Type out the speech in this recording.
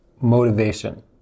motivation